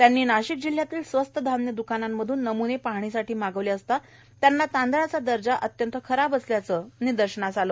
त्यांनी नाशिक जिल्ह्यातील स्वस्त धान्य द्रकानांमधून नम्ने पाहणीसाठी मागवले असता त्यांना तांदळाचा दर्जा अत्यंत खराब असल्याचे निदर्शनास आले